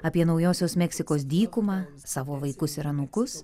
apie naujosios meksikos dykumą savo vaikus ir anūkus